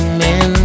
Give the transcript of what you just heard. men